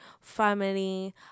family